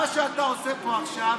מה שאתה עושה פה עכשיו,